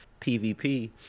PvP